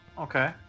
Okay